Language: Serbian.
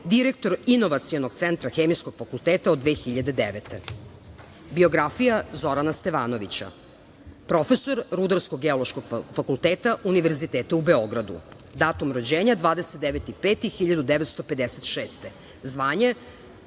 direktor Inovacionog centra Hemijskog fakulteta od 2009. godine. Biografija Zorana Stevanovića, profesor Rudarsko-geološkog fakulteta Univerziteta u Beogradu. Datum rođenja: 29. maj